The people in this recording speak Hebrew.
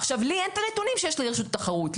עכשיו, לי אין את הנתונים שיש לרשות התחרות.